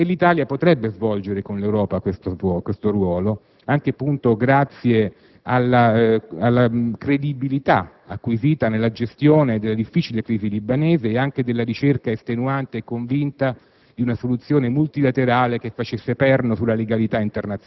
quello definito mediatore onesto, in inglese «*honest* *broker*». L'Italia potrebbe svolgere con l'Europa questo ruolo anche grazie alla credibilità acquisita nella gestione della difficile crisi libanese e anche nella ricerca estenuante e convinta